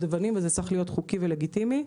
זה צריך להיות חוקי ולגיטימי.